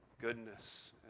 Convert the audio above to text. goodness